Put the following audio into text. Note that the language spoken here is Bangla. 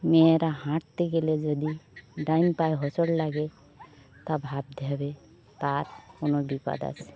মেয়েরা হাঁটতে গেলে যদি ডান পায়ে হোঁচট লাগে তা ভাবতে হবে তার কোনো বিপদ আছে